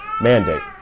mandate